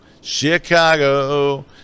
Chicago